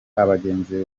abagenzi